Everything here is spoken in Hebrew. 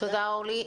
תודה, אורלי לוי.